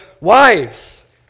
wives